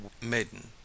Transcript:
maiden